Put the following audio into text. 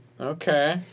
Okay